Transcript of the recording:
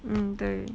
mm 对